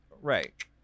right